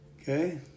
Okay